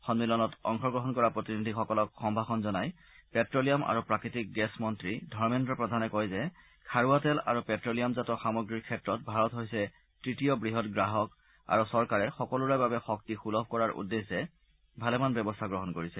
সন্মিলনত অংশগ্ৰহণ কৰা প্ৰতিনিধিসকলক সম্ভাষণ জনাই পেট্ লিয়াম আৰু প্ৰাকৃতিক গেছ মন্ত্ৰী ধৰ্মেদ্ৰ প্ৰধানে কয় যে খাৰুৱা তেল আৰু প্টে লিয়ামজাত সামগ্ৰীৰ ক্ষেত্ৰত ভাৰত হৈছে তৃতীয় বৃহৎ গ্ৰাহক আৰু চৰকাৰে সকলোৰে বাবে শক্তি সুলভ কৰাৰ উদ্দেশ্যে ভালেমান পদক্ষেপ গ্ৰহণ কৰিছে